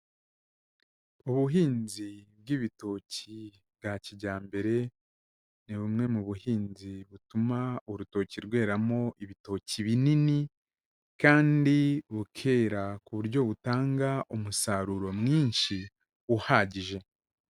Ubuhinzi bw'ibitoki bwa kijyambere ni bumwe mu buhinzi butuma urutoki rweramo ibitoki binini kandi bukera ku buryo butanga umusaruro mwinshi uhagije.